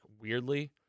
weirdly